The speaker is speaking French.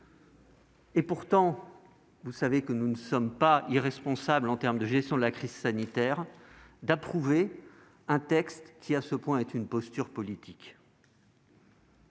pourtant, vous savez que nous ne sommes pas irresponsables en matière de gestion de la crise sanitaire -d'approuver un texte qui relève à ce point de la posture politique.